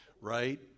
Right